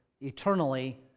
eternally